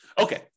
Okay